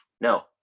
No